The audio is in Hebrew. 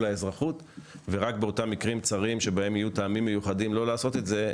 האזרחות ורק באותם מקרים צרים בהם יהיו טעמים מיוחדים לא לעשות את זה,